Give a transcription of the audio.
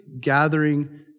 gathering